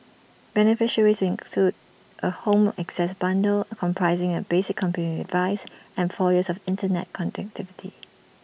beneficiaries will include A home access bundle comprising A basic computing device and four years of Internet connectivity